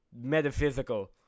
metaphysical